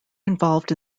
involved